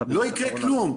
לא יקרה כלום,